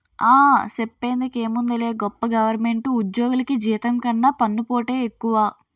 ఆ, సెప్పేందుకేముందిలే గొప్ప గవరమెంటు ఉజ్జోగులికి జీతం కన్నా పన్నుపోటే ఎక్కువ